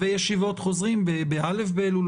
-- וישיבות חוזרים בא' באלול.